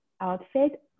outfit